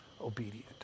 obedient